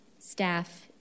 staff